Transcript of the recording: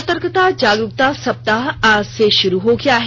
सतर्कता जागरूकता सप्ताह आज से शुरू हो गया है